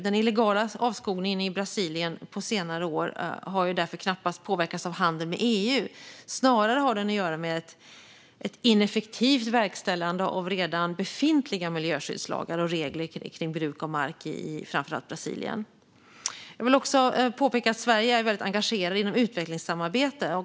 Den illegala avskogningen i Brasilien på senare år har därför knappast påverkats av handeln med EU utan har snarare att göra med ett ineffektivt verkställande av redan befintliga miljöskyddslagar och regler för bruk av mark i framför allt Brasilien. Jag vill också påpeka att Sverige är väldigt engagerat inom utvecklingssamarbete.